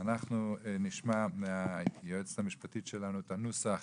אנחנו נשמע מהיועצת המשפטית שלנו את הנוסח